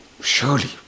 surely